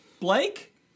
Blake